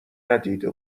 ندیده